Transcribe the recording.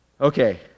Okay